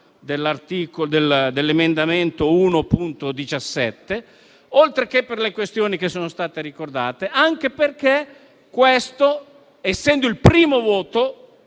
dell'emendamento 1.17, oltre che per le questioni che sono state ricordate, anche perché questo, essendo il primo voto